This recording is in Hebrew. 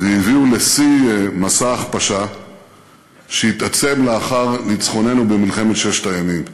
והביאו לשיא מסע הכפשה שהתעצם לאחר ניצחוננו במלחמת ששת הימים.